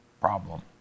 problem